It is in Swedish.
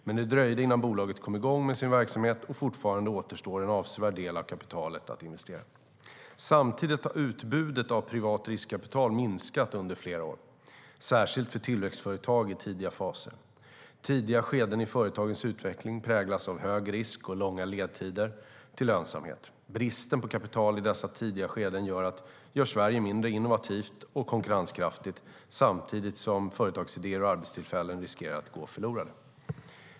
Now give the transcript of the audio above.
Men det dröjde innan bolaget kom igång med sin verksamhet, och fortfarande återstår en avsevärd del av kapitalet att investera. Samtidigt har utbudet av privat riskkapital minskat under flera år, särskilt för tillväxtföretag i tidiga faser. Tidiga skeden i företagens utveckling präglas av hög risk och långa ledtider till lönsamhet. Bristen på kapital i dessa tidiga skeden gör Sverige mindre innovativt och konkurrenskraftigt samtidigt som företagsidéer och arbetstillfällen riskerar att gå förlorade.